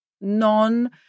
non